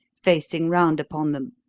facing round upon them.